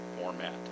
format